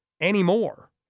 anymore